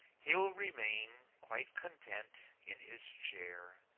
he'll remain, quite content, in his chair,